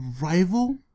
rival